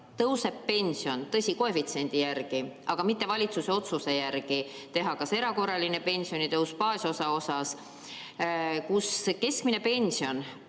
tõuseb pension – tõsi, koefitsiendi järgi, mitte valitsuse otsuse järgi teha erakorraline pensionitõus baasosa suhtes – ja keskmine pension